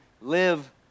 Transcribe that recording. live